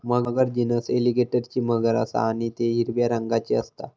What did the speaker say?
मगर genus एलीगेटरची मगर असा आणि ती हिरव्या रंगाची असता